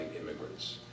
immigrants